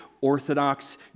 Orthodox